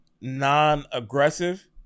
non-aggressive